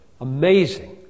Amazing